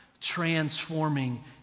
transforming